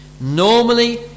Normally